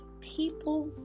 people